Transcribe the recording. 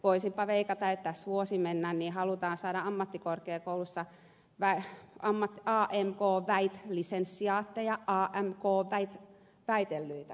voisinpa veikata että kun tässä vuosi mennään niin halutaan saada ammattikorkeakoulussa amk lisensiaatteja amk väitelleitä